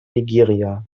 nigeria